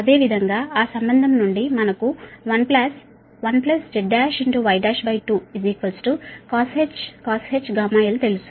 అదేవిధంగా ఆ సంబంధం నుండి మనకు 1Z1Y12cosh γl తెలుసు